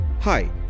Hi